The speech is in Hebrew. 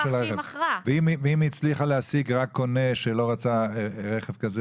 ואם היא הצליחה להשיג קונה שלא רצה רכב כזה